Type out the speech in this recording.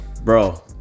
Bro